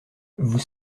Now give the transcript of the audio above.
vous